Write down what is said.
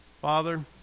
Father